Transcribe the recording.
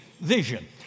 vision